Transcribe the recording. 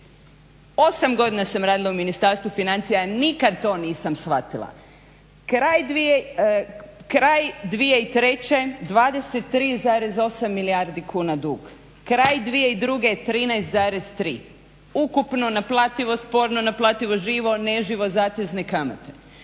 8 godina sam radila u Ministarstvu financija, nikada to nisam shvatila. Kraj 2003. 23,8 milijardi kuna dug, kraj 2002., 13,3 ukupno naplativo, sporno naplativo, živo, neživo, zatezne kamate.